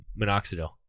Minoxidil